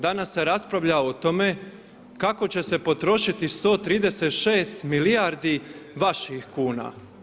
Danas se raspravlja o tome kako će se potrošiti 136 milijardi vaših kuna.